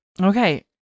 Okay